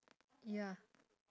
ya